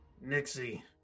Nixie